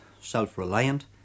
self-reliant